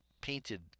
painted